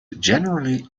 generally